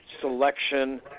selection